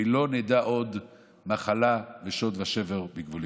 ולא נדע עוד מחלה ושוד ושבר בגבולנו.